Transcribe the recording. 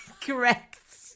Correct